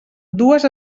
dues